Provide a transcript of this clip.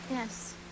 Yes